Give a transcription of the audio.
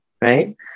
right